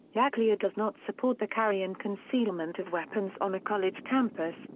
yeah iaclea does not support the carry and concealment of weapons on a college campus,